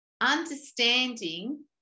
understanding